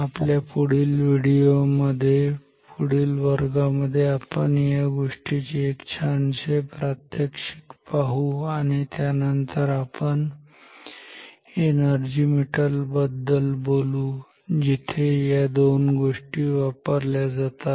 आपल्या पुढील व्हिडीओ मध्ये पुढील वर्गामध्ये आपण या गोष्टीचे एक छानसे प्रात्यक्षिक पाहू आणि त्यानंतर आपण एनर्जी मीटर बद्दल बोलू जिथे या दोन गोष्टी वापरल्या जातात